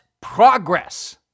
progress